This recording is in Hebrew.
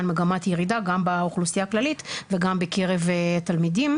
מגמת ירידה גם באוכלוסייה הכללית וגם בקרב תלמידים,